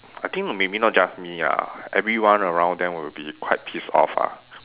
I think maybe not just me ah everyone around them will be quite pissed off ah